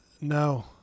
No